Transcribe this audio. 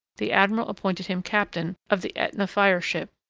the admiral appointed him captain of the aetna fire-ship,